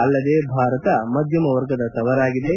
ಅಲ್ಲದೆ ಭಾರತ ಮಧ್ಯಮ ವರ್ಗದ ತವರಾಗಿದೆ